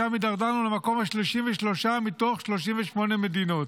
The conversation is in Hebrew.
שם התדרדרנו למקום ה-33 מתוך 38 מדינות.